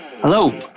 Hello